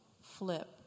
flip